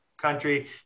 country